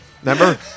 Remember